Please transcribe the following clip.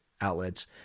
outlets